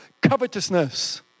covetousness